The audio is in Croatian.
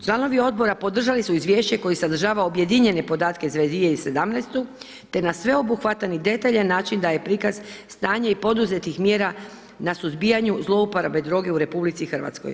Članovi odbora podržali su izvješće koje sadržava objedinjene podatke za 2017. te na sveobuhvatan i detalj način daje prikaz, stanje i poduzetih mjera na suzbijanju zlouporabe droga u RH.